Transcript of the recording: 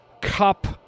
cup